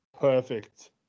perfect